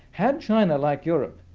had china, like europe,